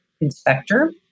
inspector